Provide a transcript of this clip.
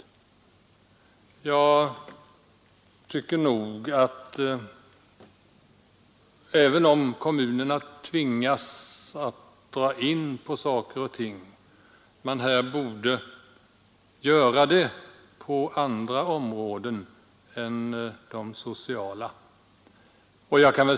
Kommunerna tvingas visserligen att dra in på olika punkter, men jag anser att de borde göra det på andra områden än de sociala.